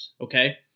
okay